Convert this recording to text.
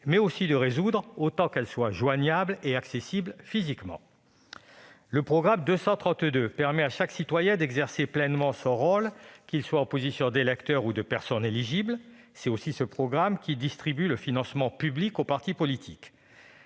mais aussi de résoudre : autant qu'elle soit joignable et accessible physiquement. Le programme 232 permet à chaque citoyen d'exercer pleinement son rôle, qu'il soit en position d'électeur ou de personne éligible. C'est aussi ce programme qui distribue le financement public aux partis politiques.